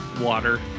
Water